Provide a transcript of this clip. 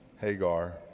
Hagar